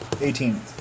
Eighteen